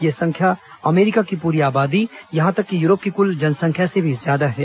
यह संख्या अमेरिका की पूरी आबादी यहां तक कि यूरोप की कुल जनसंख्या से भी ज्यादा है